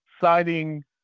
citing